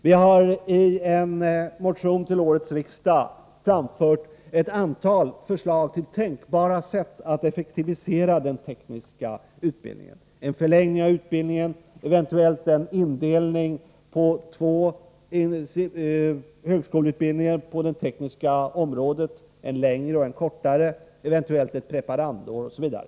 Vi har i en motion till årets riksdag framfört ett antal förslag till tänkbara sätt att effektivisera den tekniska utbildningen: en förlängning av utbildningen, eventuellt en uppdelning av högskoleutbildningen på det tekniska området på två — en längre och en kortare utbildning, eventuellt ett preparandår, osv.